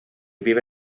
vive